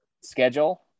schedule